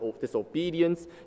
disobedience